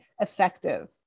effective